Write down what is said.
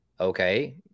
Okay